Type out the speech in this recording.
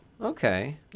Okay